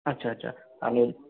अच्छा अच्छा चालेल